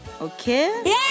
Okay